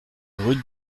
rue